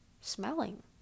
Smelling